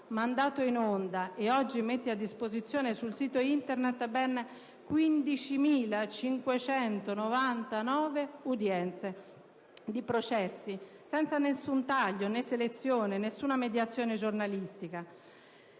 mandato in onda (ed oggi mette a disposizione sul suo sito Internet) ben 15.599 udienze di processi, senza nessun taglio né selezione, nessuna mediazione giornalistica.